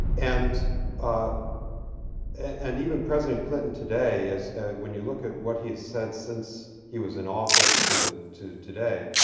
and ah and even president clinton today is when you look at what he has said since he was in office to the to today,